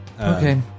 Okay